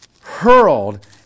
hurled